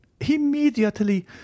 Immediately